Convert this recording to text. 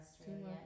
australia